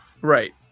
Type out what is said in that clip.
Right